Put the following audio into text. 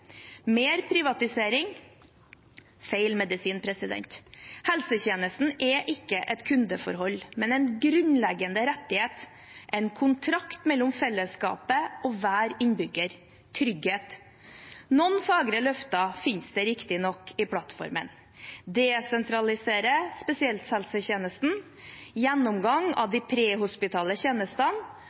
Mer privatisering er feil medisin. Helsetjenesten er ikke et kundeforhold, men en grunnleggende rettighet, en kontrakt mellom fellesskapet og hver innbygger – trygghet! Noen fagre løfter finnes det riktignok i plattformen: desentralisere spesialisthelsetjenester gjennomgang av de prehospitale tjenestene